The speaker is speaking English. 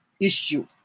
issue